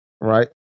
right